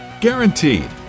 Guaranteed